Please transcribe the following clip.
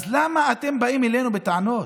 אז למה אתם באים אלינו בטענות?